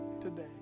today